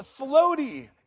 floaty